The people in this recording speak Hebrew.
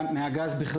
מהגז הרוסי,